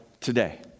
today